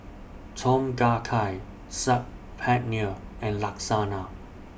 Tom Kha Gai Saag Paneer and Lasagna